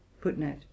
Footnote